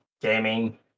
gaming